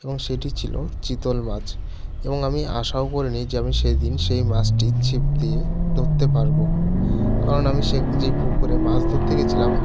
এবং সেটি ছিল চিতল মাছ এবং আমি আশাও করি নি যে আমি সেদিন সেই মাছটি ছিপ দিয়ে ধরতে পারবো কারণ আমি সে যেই পুকুরে মাছ ধরতে গেছিলাম